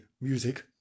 music